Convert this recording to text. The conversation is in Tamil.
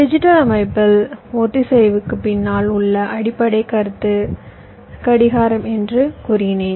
டிஜிட்டல் அமைப்பில் ஒத்திசைவுக்குப் பின்னால் உள்ள அடிப்படை கருத்து கடிகாரம் என்று கூறினேன்